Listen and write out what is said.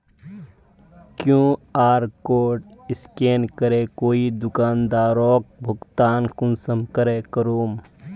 QR code scan करे कोई दुकानदारोक भुगतान कुंसम करे करूम?